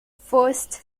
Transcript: first